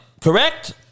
correct